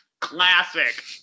Classic